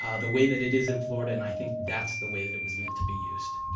ah the way that it is in florida, and i think that's the way that it was meant to be used.